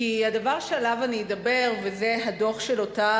כי הדבר שעליו אני אדבר זה הדוח של אותה